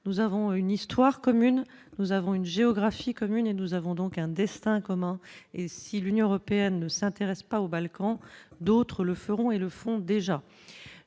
nous avons une histoire commune, nous avons une géographie commune et nous avons donc un destin commun et si l'Union européenne ne s'intéressent pas aux Balkans, d'autres le feront et le font déjà,